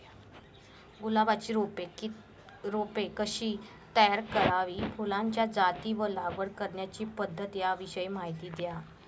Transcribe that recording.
गुलाबाची रोपे कशी तयार करावी? फुलाच्या जाती व लागवड करण्याची पद्धत याविषयी माहिती द्या